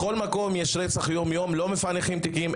בכל מקום יש רצח יום-יום, ולא מפענחים תיקים.